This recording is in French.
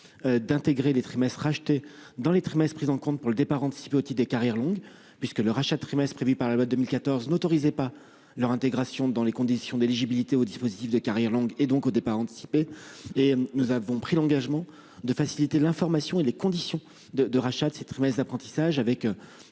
d'intégrer les trimestres rachetés dans les trimestres pris en compte pour le départ anticipé au titre des carrières longues, puisque le rachat de trimestres prévu par la loi de 2014 n'autorisait pas leur intégration aux conditions d'éligibilité au dispositif de carrières longues et, donc, au départ anticipé. Nous avons pris l'engagement de faciliter l'information et les conditions de rachat de ces trimestres d'apprentissage, avec